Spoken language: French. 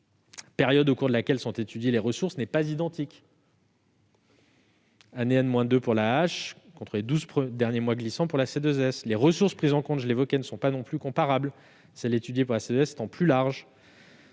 période au cours de laquelle sont étudiées les ressources n'est pas identique : année pour l'AAH contre les douze derniers mois glissants pour la C2S. Les ressources que l'on prend en considération ne sont pas non plus comparables, celles étudiées pour la C2S étant plus larges.